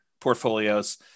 portfolios